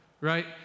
right